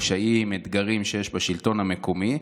קשיים ואתגרים שיש בשלטון המקומי,